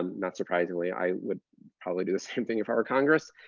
um not surprisingly. i would probably do the same thing if i were congress.